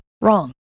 wrong